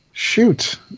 Shoot